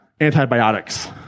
antibiotics